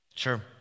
Sure